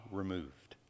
removed